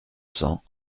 cents